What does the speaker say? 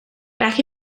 back